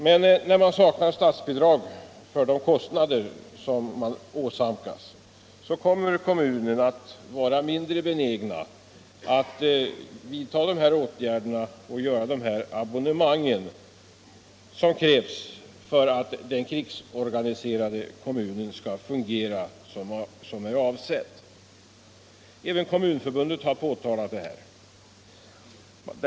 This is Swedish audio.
Men när det saknas statsbidrag för dessa kostnader, kommer kommunerna att vara mindre benägna att göra de installationer och teckna de abonnemang som krävs för att den krigsorganiserade kommunen skall fungera som avsetts. Även Kommunförbundet har påtalat detta förhållande.